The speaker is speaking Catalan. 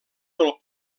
pel